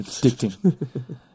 addicting